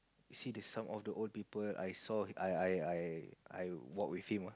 see the sum all the old people I saw I I I I walk with him ah